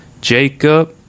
Jacob